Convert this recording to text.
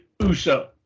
Uso